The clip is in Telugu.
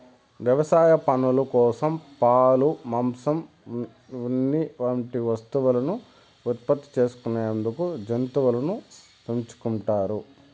వ్యవసాయ పనుల కోసం, పాలు, మాంసం, ఉన్ని వంటి వస్తువులను ఉత్పత్తి చేసుకునేందుకు జంతువులను పెంచుకుంటారు